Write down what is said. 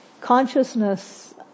consciousness